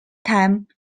time